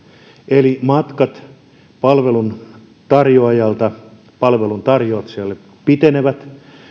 eli matkat palveluntarjoajalta palvelun tarvitsijalle pitenevät